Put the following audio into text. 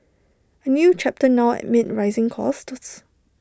A new chapter now amid rising costs